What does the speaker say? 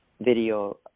video